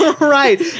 right